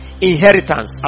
inheritance